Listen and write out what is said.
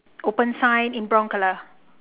open sign in brown colour